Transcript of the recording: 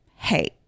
Hey